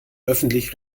öffentlich